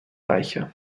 reicher